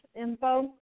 info